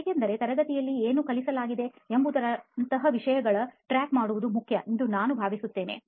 ಏಕೆಂದರೆ ತರಗತಿಯಲ್ಲಿ ಏನು ಕಲಿಸಲಾಗಿದೆ ಎಂಬುದರಂತಹ ವಿಷಯಗಳ track ಮಾಡುವುದು ಮುಖ್ಯ ಎಂದು ನಾನು ಭಾವಿಸುತ್ತೇನೆ